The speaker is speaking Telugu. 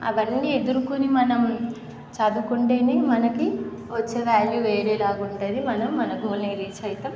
అవన్నీ ఎదుర్కొని మనం చదువుకుంటేనే మనకి వచ్చే వ్యాల్యూ వేరే లాగా ఉంటుంది మనం మన గోల్ని రీచ్ అవుతాం